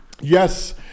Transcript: Yes